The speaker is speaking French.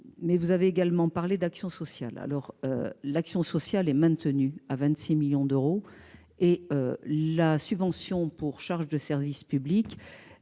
Vous avez également parlé d'actions sociales. L'action sociale est maintenue à 26 millions d'euros et la subvention pour charges de service public